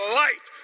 life